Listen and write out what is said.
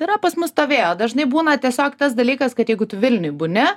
yra pas mus to vėjo dažnai būna tiesiog tas dalykas kad jeigu tu vilniuj būni